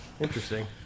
Interesting